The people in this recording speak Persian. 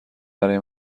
برای